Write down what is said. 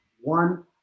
one